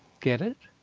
get it?